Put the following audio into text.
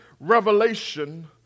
Revelation